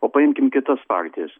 o paimkim kitas partijas